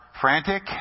frantic